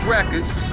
Records